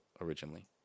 originally